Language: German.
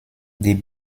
die